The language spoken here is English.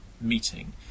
meeting